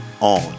on